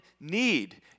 need